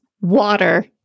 water